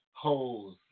Holes